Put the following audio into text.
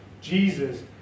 Jesus